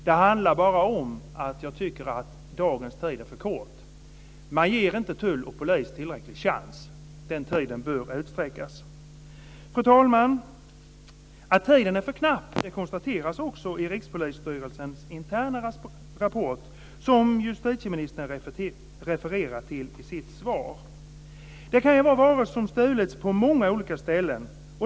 Det handlar bara om att jag tycker dagens tid är för kort. Man ger inte tull och polis tillräcklig chans. Den tiden bör utsträckas. Fru talman! Att tiden är för knapp konstateras också i Rikspolisstyrelsens interna rapport, som justitieministern refererar till i sitt svar. Det kan vara varor som stulits på många olika ställen.